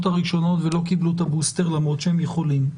הראשונות ולא קיבלו את הבוסטר למרות שהם יכולים,